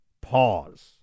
pause